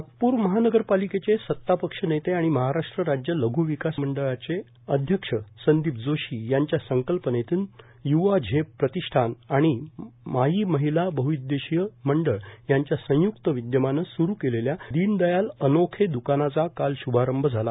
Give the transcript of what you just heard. नागपूर महानगरपालिकेचे सत्तापक्ष नेते आणि महाराष्ट्र राज्य लघ् विकास मंडळाचे अध्यक्ष संदीप जोशी यांच्या संकल्पनेतून य्वा झेप प्रतिष्ठान आणि माई महिला बहददेशिय मंडळ यांच्या संयुक्त विदयमानं सुरू केलेल्या दीनदयाल अनोखे द्कानाचा काल श्भारंभ झाला